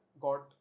got